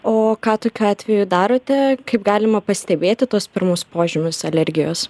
o ką tokiu atveju darote kaip galima pastebėti tuos pirmus požymius alergijos